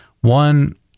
One